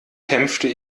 kämpfte